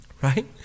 right